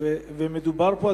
ומדובר פה,